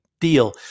deal